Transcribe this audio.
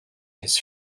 his